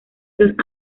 dos